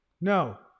no